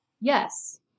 yes